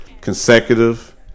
consecutive